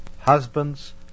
Husbands